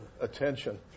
attention